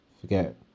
Forget